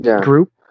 group